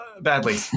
badly